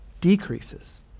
decreases